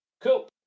Cool